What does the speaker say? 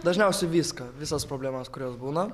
dažniausiai viską visas problemas kurios būna